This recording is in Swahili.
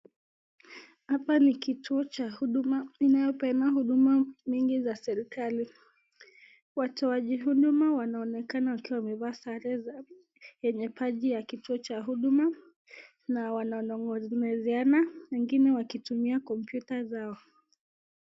Hapa ni kituo cha huduma inayopeanwa huduma mingi za serikali. Watoaji huduma wanaonekana wakiwa wamevaa sare yenye taji ya kituo cha huduma na wanang'onezeana wengine wakitumia computer[cs)zao.